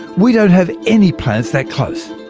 we don't have any planets that close!